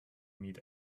meet